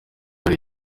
hari